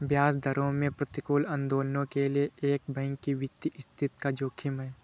ब्याज दरों में प्रतिकूल आंदोलनों के लिए एक बैंक की वित्तीय स्थिति का जोखिम है